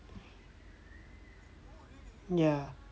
ya